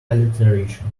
alliteration